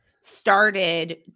started